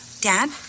Dad